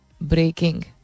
Breaking